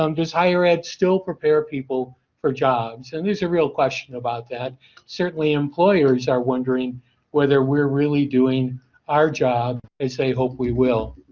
um does higher ed still prepare people for jobs? and, there's a real question about that certainly employers are wondering whether we're really doing our job as they hope we will.